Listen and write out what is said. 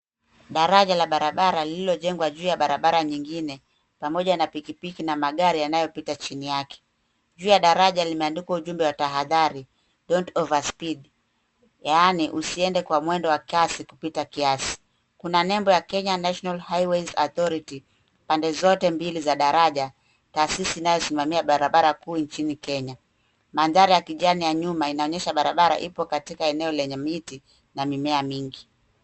Daraja la barabara lililojengwa juu ya barabara nyingine pamoja na pikipiki na magari yanayopita chini yake. Juu ya daraja limeandikwa ujumbe wa tahadhari don't overspeed yaani usiende kwa mwendo wa kasi kupita kiasi. Kuna nembo ya Kenya National Highways Authority pande zote mbili za daraja. Tasisi inayosimamia barabara kuu nchini Kenya. Mandhari ya kijani ya nyuma inaonyesha barabara ipo katika eneo lenye miti na mimea mingi.